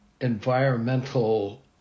environmental